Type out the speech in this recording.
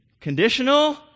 conditional